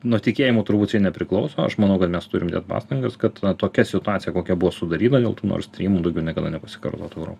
nuo tikėjimo turbūt čia nepriklauso aš manau kad mes turim dėt pastangas kad tokia situacija kokia buvo sudaryta dėl tų norstrymų daugiau niekada nepasikartotų euro